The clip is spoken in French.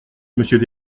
monsieur